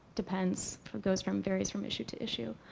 depends goes from varies from issue to issue.